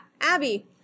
Abby